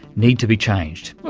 need to be changed. but